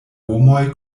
homoj